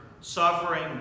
suffering